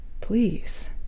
please